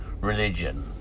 religion